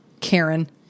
Karen